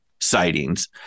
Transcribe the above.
Sightings